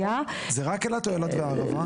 זה רק אילת או אילת והערבה?